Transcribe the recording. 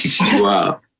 wow